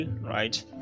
right